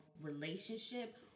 relationship